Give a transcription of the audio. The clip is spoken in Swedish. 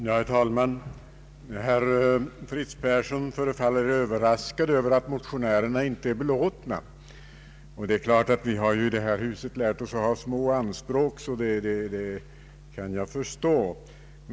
Herr talman! Herr Fritz Persson föreföll överraskad över att motionärerna icke är belåtna. Eftersom vi i detta hus lärt oss att ha små anspråk kan jag förstå det.